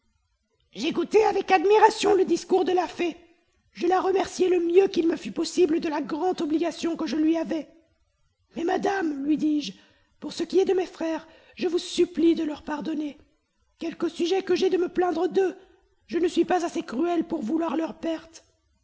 j'écoutai avec admiration le discours de la fée je la remerciai le mieux qu'il me fut possible de la grande obligation que je lui avais mais madame lui dis-je pour ce qui est de mes frères je vous supplie de leur pardonner quelque sujet que j'aie de me plaindre d'eux je ne suis pas assez cruel pour vouloir leur perte